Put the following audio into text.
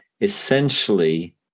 essentially